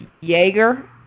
Jaeger